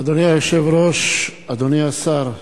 אדוני היושב-ראש, אדוני השר,